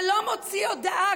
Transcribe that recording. ולא מוציא הודעה,